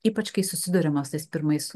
ypač kai susiduriama su tais pirmais